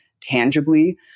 tangibly